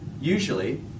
usually